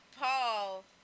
Paul